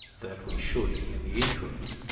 that we should, in the interim,